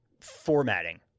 formatting